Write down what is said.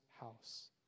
house